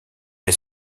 est